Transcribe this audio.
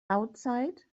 outside